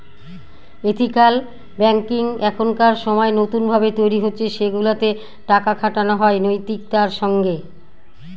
ethical banking এখনকার সময় নতুন ভাবে তৈরী হচ্ছে সেগুলাতে টাকা খাটানো হয় নৈতিকতার সঙ্গে